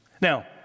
Now